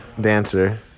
Dancer